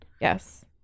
Yes